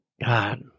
God